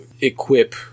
equip